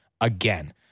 again